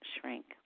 shrink